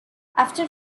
after